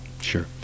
Sure